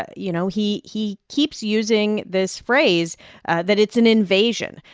ah you know, he he keeps using this phrase that it's an invasion.